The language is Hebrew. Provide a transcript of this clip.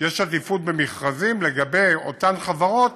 בארץ יש עדיפות במכרזים של אותן חברות